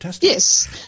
Yes